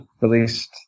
released